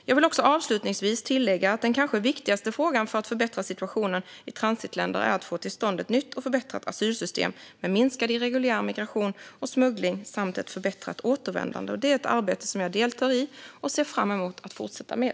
Jag vill också avslutningsvis tillägga att den kanske viktigaste frågan för att förbättra situationen i transitländer är att få till stånd ett nytt och förbättrat asylsystem med minskad irreguljär migration och smuggling samt ett förbättrat återvändande. Det är ett arbete som jag deltar i och ser fram emot att fortsätta med.